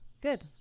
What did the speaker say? good